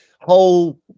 whole